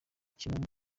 kimwe